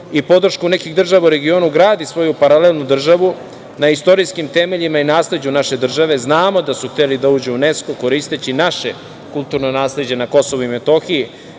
i podršku nekih država u regionu, gradi svoju paralelnu državu na istorijskim temeljima i nasleđu naše države. Znamo da su hteli da uđu u UNESKO koristeći naše kulturno nasleđe na KiM.Kako